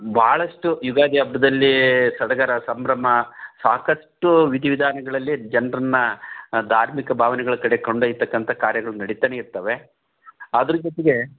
ಬಹಳಷ್ಟು ಯುಗಾದಿ ಹಬ್ಬದಲ್ಲಿ ಸಡಗರ ಸಂಭ್ರಮ ಸಾಕಷ್ಟು ವಿಧಿ ವಿಧಾನಗಳಲ್ಲಿ ಜನರನ್ನ ಧಾರ್ಮಿಕ ಭಾವನೆಗಳ ಕಡೆ ಕೊಂಡೈತಕ್ಕಂತ ಕಾರ್ಯಗಳು ನಡಿತನೇ ಇರ್ತವೆ ಅದರ ಜೊತೆಗೆ